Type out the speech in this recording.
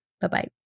Bye-bye